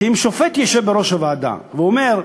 כי אם שופט ישב בראש הוועדה, והוא אומר,